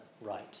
right